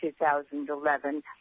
2011